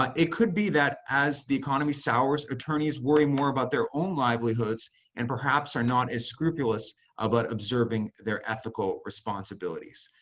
ah it could be that as the economy sours, attorneys worry more about their own livelihoods and perhaps are not as scrupulous about observing their ethical responsibilities.